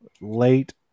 late